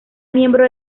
miembro